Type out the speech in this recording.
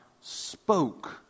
spoke